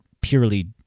purely